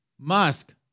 Musk